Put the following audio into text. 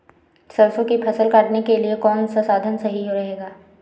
सरसो की फसल काटने के लिए कौन सा साधन सही रहेगा?